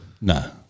No